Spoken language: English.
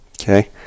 okay